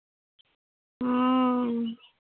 ᱦᱩᱸ